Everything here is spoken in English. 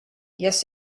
yes